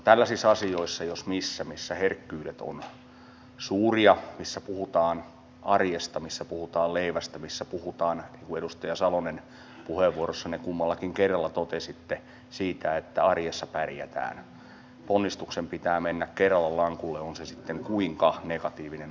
tällaisissa asioissa jos missä missä herkkyydet ovat suuria missä puhutaan arjesta missä puhutaan leivästä missä puhutaan niin kuin edustaja salonen puheenvuorossanne kummallakin kerralla totesitte siitä että arjessa pärjätään ponnistuksen pitää mennä kerralla lankulle on se sitten kuinka negatiivinen asia tahansa